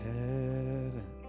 heaven